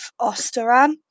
Osteran